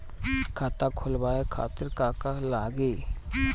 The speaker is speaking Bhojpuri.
खाता खोलवाए खातिर का का लागी?